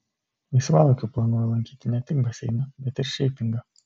laisvalaikiu planuoju lankyti ne tik baseiną bet ir šeipingą